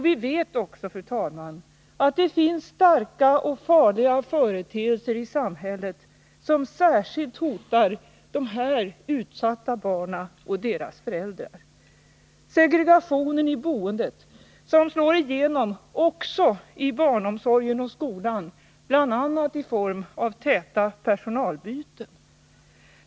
Vi vet också, fru talman, att det finns starka och farliga företeelser i samhället, som särskilt hotar de här utsatta barnen och deras föräldrar: Segregationen i boendet som slår igenom också i barnomsorg och skola, bl.a. i form av täta personalbyten.